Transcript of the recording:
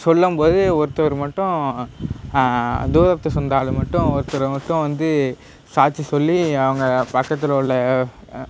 சொல்லும் போது ஒருத்தரு மட்டும் தூரத்து சொந்தாளு மட்டும் ஒருத்தரு மட்டும் வந்து சாட்சி சொல்லி அவங்க பக்கத்தில் உள்ள